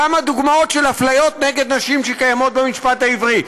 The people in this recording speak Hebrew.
כמה דוגמאות של אפליות נגד נשים שקיימות במשפט העברי.